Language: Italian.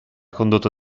condotto